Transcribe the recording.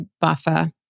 buffer